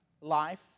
life